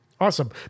Awesome